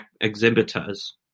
exhibitors